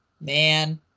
man